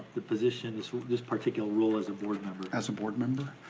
the position, sort of this particular role as a board member? as a board member?